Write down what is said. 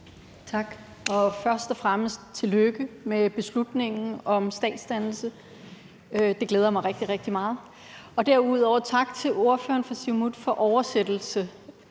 Tak. Først og fremmest tillykke med beslutningen om statsdannelse. Det glæder mig rigtig, rigtig meget. Derudover tak til ordføreren for Siumut for oversættelse.